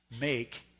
Make